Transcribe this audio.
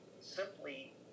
simply